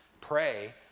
pray